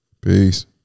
Peace